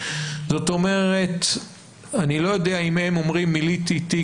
זאת אומרת אני לא יודע אם הם אומרים שהם מילאו תיק,